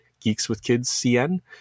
geekswithkidscn